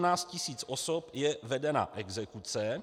Na 917 tisíc osob je vedena exekuce.